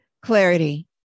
Clarity